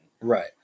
Right